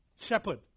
shepherd